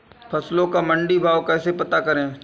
फसलों का मंडी भाव कैसे पता करें?